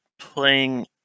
playing